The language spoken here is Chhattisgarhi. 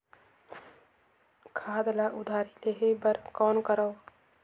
खाद ल उधारी लेहे बर कौन करव?